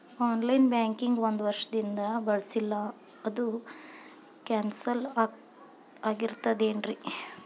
On line banking ಒಂದ್ ವರ್ಷದಿಂದ ಬಳಸಿಲ್ಲ ಅದು ಕ್ಯಾನ್ಸಲ್ ಆಗಿರ್ತದೇನ್ರಿ?